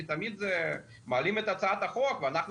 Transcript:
כי תמיד מעלים את הצעת החוק ואנחנו